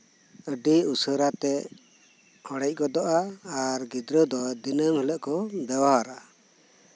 ᱟᱹᱰᱤ ᱩᱥᱟᱹᱨᱟ ᱛᱮ ᱚᱲᱮᱡ ᱜᱚᱫᱚᱜᱼᱟ ᱟᱨ ᱜᱤᱫᱽᱨᱟᱹ ᱫᱚ ᱫᱤᱱᱟᱹᱢ ᱦᱤᱞᱳᱜ ᱠᱚ ᱵᱮᱣᱦᱟᱨᱟ